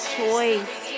choice